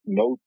no